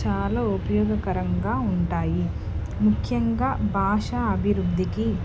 చాలా ఉపయోగకరంగా ఉంటాయి ముఖ్యంగా భాష అభివృద్ధికి